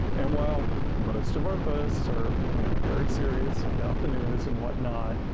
and while most of our posts are you know very serious, about the news and whatnot,